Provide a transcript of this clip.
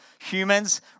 humans